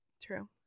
True